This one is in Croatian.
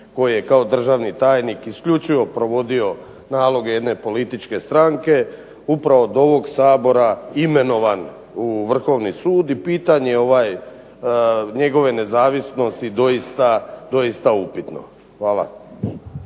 koji je kao državni tajnik isključivo provodio naloge jedne političke stranke upravo od ovog Sabora imenovan u Vrhovni sud i pitanje njegove nezavisnosti je doista upitno. Hvala.